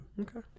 Okay